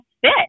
fit